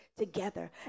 together